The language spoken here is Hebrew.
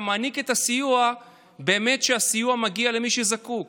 מעניק את הסיוע שהסיוע גאמת מגיע למי שזקוק